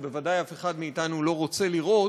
שבוודאי אף אחד מאתנו לא רוצה לראות,